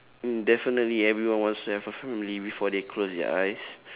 mm definitely everyone wants to have a family before they close their eyes